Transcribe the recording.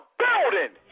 building